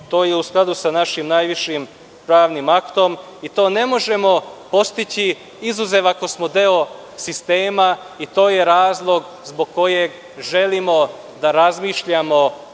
to je u skladu sa našim najvišim pravnim aktom i to ne možemo postići, izuzev ako smo deo sistema i to je razlog zbog kojeg želimo da razmišljamo